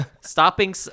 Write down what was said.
stopping